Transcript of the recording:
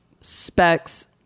Specs